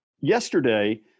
yesterday